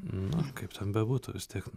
na kaip ten bebūtų vis tiek